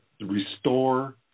restore